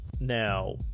Now